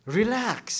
relax